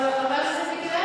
אבל חבר הכנסת מיקי לוי,